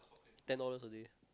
ten dollars a day